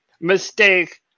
mistake